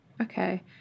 Okay